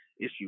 issue